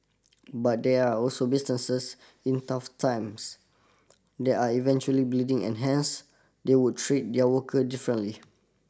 but there are also businesses in tough times that are eventually bleeding and hence they would treat their worker differently